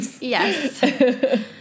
Yes